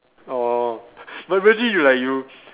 orh but imagine you like you